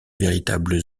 véritable